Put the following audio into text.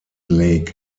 lake